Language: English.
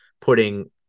putting